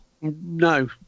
No